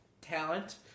talent